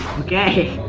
okay,